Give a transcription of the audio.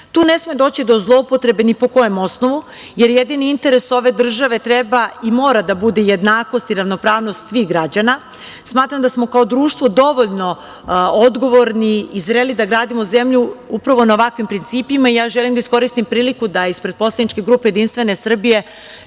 ne sme doći do zloupotrebe ni po kojem osnovu, jer jedini interes ove države treba i mora da bude jednakost i ravnopravnost svih građana. Smatram da smo kao društvo dovoljno odgovorni i zreli da gradimo zemlju upravo na ovakvim principima. Želim da iskoristim priliku da ispred poslaničke grupe Jedinstvene Srbije